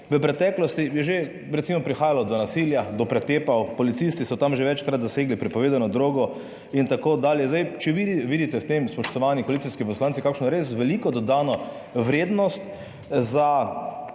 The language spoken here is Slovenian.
v preteklosti je že recimo prihajalo do nasilja, do pretepov, policisti so tam že večkrat zasegli prepovedano drogo in tako dalje. Zdaj, če vi vidite v tem, spoštovani koalicijski poslanci, kakšno res veliko dodano vrednost za